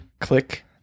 Click